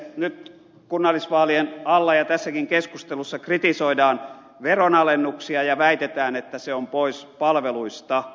nyt kunnallisvaalien alla ja tässäkin keskustelussa kritisoidaan veronalennuksia ja väitetään että ne ovat pois palveluista